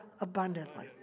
abundantly